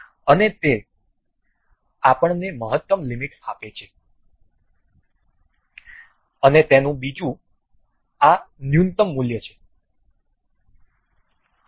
અને તે આપણને મહત્તમ લિમિટ આપે છે અને તેનું બીજું આ ન્યૂનતમ મૂલ્ય છે